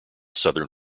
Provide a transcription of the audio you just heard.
southern